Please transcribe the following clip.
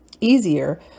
easier